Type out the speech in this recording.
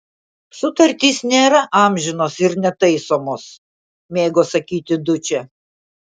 sutartys nėra amžinos ir netaisomos mėgo sakyti dučė